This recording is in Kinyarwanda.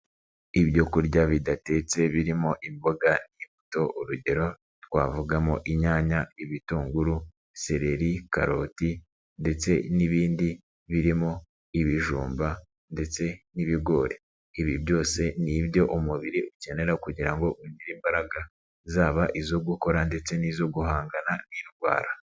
Ibyo kurya bidatetse birimo imboga, imbuto, urugero twavugamo inyanya, ibitunguru, sereri, karoti ndetse n'ibindi birimo ibijumba ndetse n'ibigori, ibi byose ni ibyo umubiri ukenera kugira ngo ugire imbaraga zaba izo gukora ndetse n'izo guhangana n'indwara.